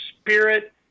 spirit